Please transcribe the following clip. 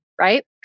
right